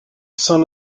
son